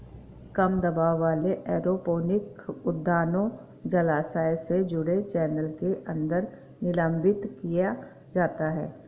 कम दबाव वाले एरोपोनिक उद्यानों जलाशय से जुड़े चैनल के अंदर निलंबित किया जाता है